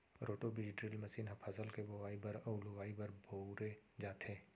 roto बीज drill machine ह फसल के बोवई बर अउ लुवाई बर बउरे जाथे